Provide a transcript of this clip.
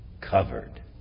Covered